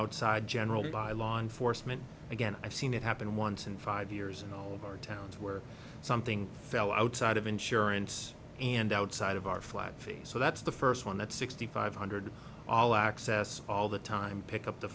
outside general by law enforcement again i've seen it happen once in five years and all of our towns where something fell outside of insurance and outside of our flat face so that's the first one at sixty five hundred all access all the time pick up the